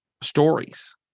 stories